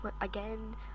Again